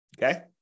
Okay